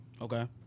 Okay